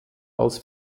als